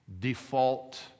default